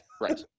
right